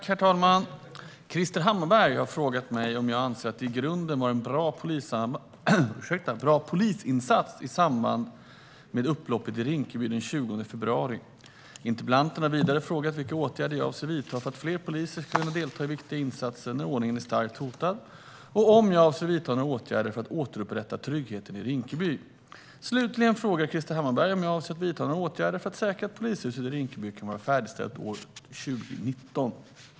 Herr talman! Krister Hammarbergh har frågat mig om jag anser att det i grunden var en bra polisinsats i samband med upploppet i Rinkeby den 20 februari. Interpellanten har vidare frågat vilka åtgärder jag avser att vidta för att fler poliser ska kunna delta i viktiga insatser när ordningen är starkt hotad och om jag avser att vidta några åtgärder för att återupprätta tryggheten i Rinkeby. Slutligen frågar Krister Hammarbergh om jag avser att vidta några åtgärder för att säkra att polishuset i Rinkeby kan vara färdigställt år 2019.